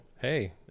hey